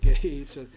gates